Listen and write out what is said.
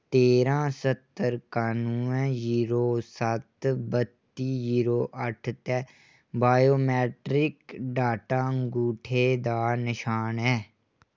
तेरां स्हत्तर कानुऐ जीरो सत्त बत्ती जीरो अट्ठ ते बायोमैट्रिक डाटा अंगूठे दा निशान ऐ